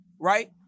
right